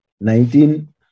nineteen